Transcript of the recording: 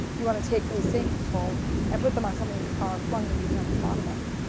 you want to take those same people and put them on something that's far flung that you've never thought about.